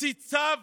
להוציא צו,